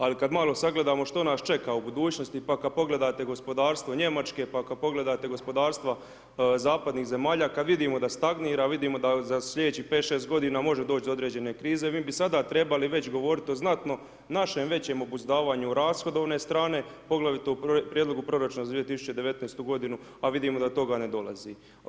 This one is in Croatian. Ali kada malo sagledamo što nas čeka u budućnosti, pa kada pogledate gospodarstvo Njemačke, pa kada pogledate gospodarstva zapadnih zemalja, kada vidimo da stagnira, vidimo da za slijedećih pet, šest godina može doći do određene krize, mi bi sada trebali već govoriti o znatno našem većem obuzdavanju rashodovne strane, poglavito u prijedlogu proračuna za 2019. godinu, a vidimo da do toga ne dolazi.